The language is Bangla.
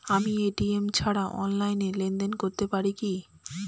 আমি এ.টি.এম ছাড়া অনলাইনে লেনদেন করতে পারি কি?